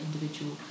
individual